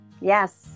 Yes